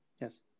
Yes